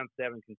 seven